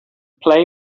play